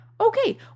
Okay